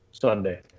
Sunday